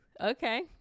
okay